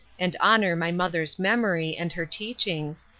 and honor my mother's memory and her teachings,